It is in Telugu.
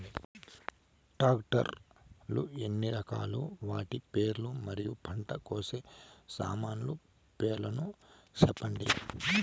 టాక్టర్ లు ఎన్ని రకాలు? వాటి పేర్లు మరియు పంట కోసే సామాన్లు పేర్లను సెప్పండి?